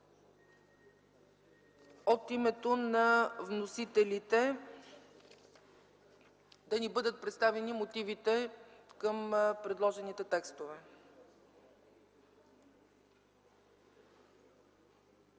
от името на вносителите, да ни бъдат представени мотивите към предложените текстове.